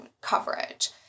coverage